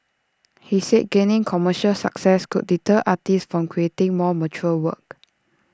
he said gaining commercial success could deter artists from creating more mature work